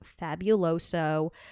fabuloso